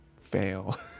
fail